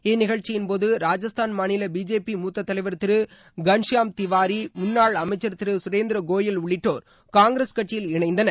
இந்நிகழ்ச்சியின்போது ராஜஸ்தான் மாநில பிஜேபி மூத்த தலைவர் திரு கன்ஷியாம் திவாரி முன்னாள் அமைச்சர் திருசுரேந்தர கோயல் உள்ளிட்டோர் காங்கிரஸ் கட்சியில் இணைந்தனர்